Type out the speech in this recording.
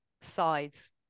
sides